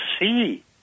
see